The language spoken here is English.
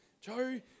Joe